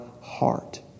heart